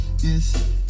Yes